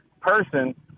person